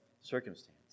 circumstance